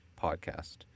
podcast